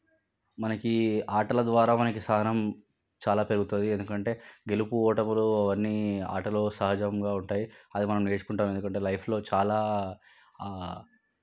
మనకి ఆటల ద్వారా మనకి సహనం చాలా పెరుగుతుంది ఎందుకంటే గెలుపు ఓటములు అవన్నీ ఆటలో సహజంగా ఉంటాయి అది మనం నేర్చుకుంటాం ఎందుకంటే లైఫ్లో చాలా